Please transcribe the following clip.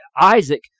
Isaac